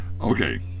Okay